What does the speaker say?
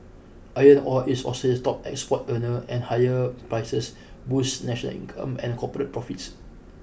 iron ore is Australia's top export earner and higher prices boosts national income and corporate profits